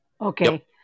Okay